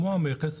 המכס,